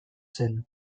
zen